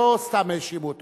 לא סתם האשימו אותו.